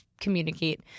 communicate